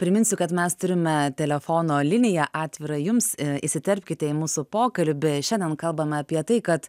priminsiu kad mes turime telefono liniją atvirą jums įsiterpkite į mūsų pokalbį šiandien kalbame apie tai kad